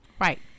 right